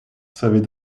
savait